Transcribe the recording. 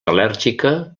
al·lèrgica